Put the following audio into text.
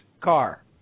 car